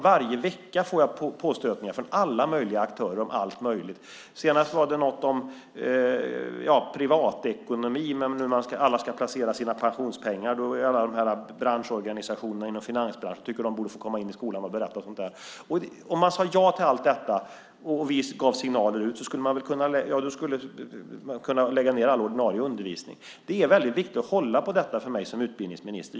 Varje vecka får jag påstötningar från alla möjliga aktörer om allt möjligt. Senast var det något om privatekonomi och hur alla ska placera sina pensionspengar. Branschorganisationerna inom finansbranschen tycker att de borde få komma in i skolan och berätta och sådant. Om man sade ja till allt detta och gav de signalerna utåt skulle vi kunna lägga ned all ordinarie undervisning. Det är väldigt viktigt att hålla på detta för mig som utbildningsminister.